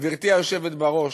גברתי היושבת בראש,